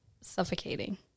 suffocating